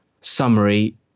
summary